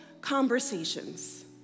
conversations